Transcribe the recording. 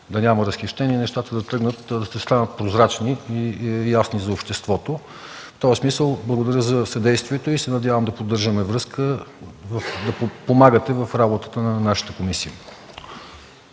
да няма разхищения, нещата да станат прозрачни и ясни за обществото. В този смисъл – благодаря за съдействието, и се надявам да поддържаме връзка и да ни подпомагате в работата на нашата комисия.